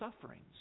sufferings